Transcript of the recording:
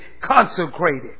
consecrated